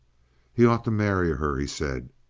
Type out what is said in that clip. he ought to marry her, he said.